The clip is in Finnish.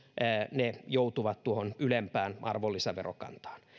ne joutuvat tuohon ylempään arvonlisäverokantaan